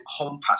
HomePass